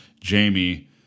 Jamie